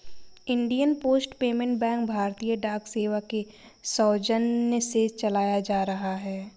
Indian post payment bank भारतीय डाक सेवा के सौजन्य से चलाया जा रहा है